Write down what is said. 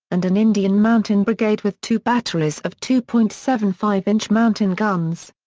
and an indian mountain brigade with two batteries of two point seven five inch mountain guns.